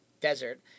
desert